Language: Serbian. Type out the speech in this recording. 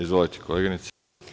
Izvolite, koleginice.